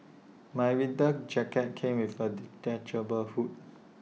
my winter jacket came with A detachable hood